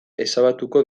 ezabatuko